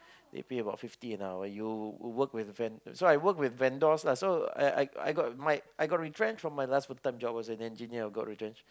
they pay about fifty an hour you work with a ven~ so I work with vendors lah so I I I got my I got retrenched from my last full-time job as an engineer I got retrenched